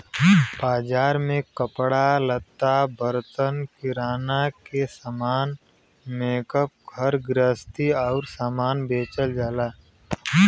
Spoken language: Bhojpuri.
बाजार में कपड़ा लत्ता, बर्तन, किराना के सामान, मेकअप, घर गृहस्ती आउर सामान बेचल जाला